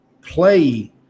play